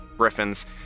Griffins